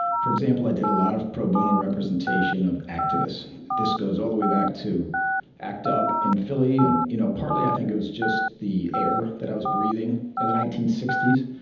for example, i did a lot of pro bono representation of activists. this goes all the way back to act up in philly. and you know partly i think it was just the air that i was breathing in the nineteen sixty s,